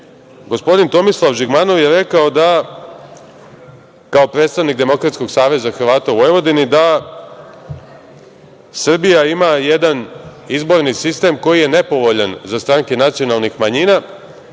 gospodin Tomislav Žigmanov je rekao da, kao predstavnik Demokratskog saveza Hrvata u Vojvodini, Srbija ima jedan izborni sistem koji je nepovoljan za stranke nacionalnih manjina